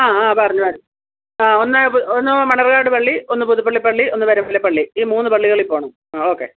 അ ആ പറഞ്ഞാര് അ ഒന്ന് ഒന്ന് മണര്കാട് പള്ളി ഒന്ന് പുതുപ്പള്ളി പള്ളി ഒന്ന് പരുമലപ്പള്ളി ഈ മൂന്ന് പള്ളികളിൽ പോകണം ആ ഓക്കെ